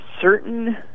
certain